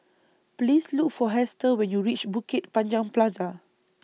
Please Look For Hester when YOU REACH Bukit Panjang Plaza